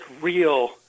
real